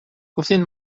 گفتین